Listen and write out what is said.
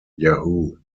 yahoo